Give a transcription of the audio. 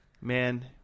Man